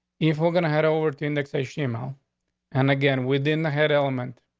if we're gonna head over to indexation email and again within the head element,